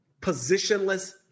Positionless